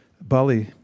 Bali